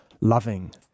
loving